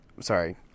Sorry